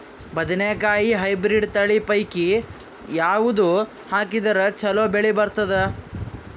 ಬದನೆಕಾಯಿ ಹೈಬ್ರಿಡ್ ತಳಿ ಪೈಕಿ ಯಾವದು ಹಾಕಿದರ ಚಲೋ ಬೆಳಿ ಬರತದ?